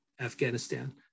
Afghanistan